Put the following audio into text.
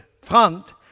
front